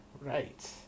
Right